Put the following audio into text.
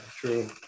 true